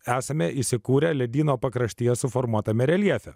esame įsikūrę ledyno pakraštyje suformuotame reljefe